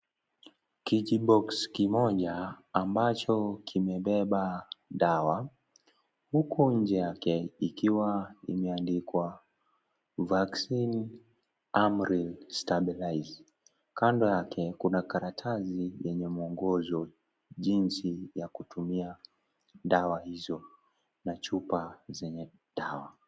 Kijiboksi kimoja, ambacho kimebeba dawa, huko nje yake, ikiwa imeandikwa Vaccin Amaril Stabiliser. Kando yake, kuna karatasi, lenye mwongozo, jinsi ya kutumia dawa hizo na chupa zenye dawa.